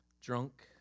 drunk